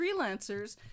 freelancers